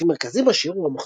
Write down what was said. מוטיב מרכזי בשיר הוא המחזוריות,